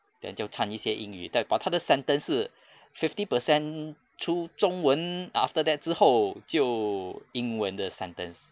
then 就搀一些英语 but 他的 sentence 是 fifty percent 出中文 after that 之后就英文的 sentence